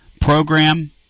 program